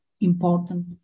important